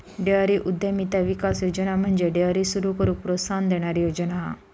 dairy उद्यमिता विकास योजना म्हणजे डेअरी सुरू करूक प्रोत्साहन देणारी योजना हा